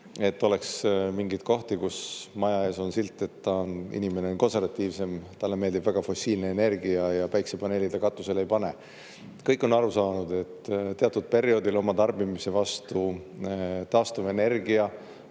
et oleks mingeid kohti, kus maja ees on silt, et ta on, inimene on konservatiivsem, talle meeldib väga fossiilne energia ja päiksepaneeli ta katusele ei pane. Kõik on aru saanud, et teatud perioodil oma tarbimise vastu taastuvenergia